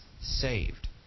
saved